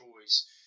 choice